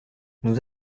nous